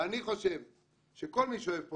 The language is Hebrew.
ואני חושב שכל מי שאוהב פה,